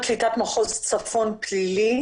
צפון פלילי.